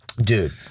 Dude